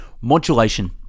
Modulation